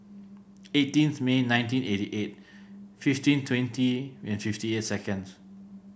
eighteenth May nineteen eighty eight fifteen twenty and fifty eight seconds